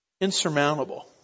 insurmountable